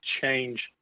change